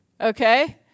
Okay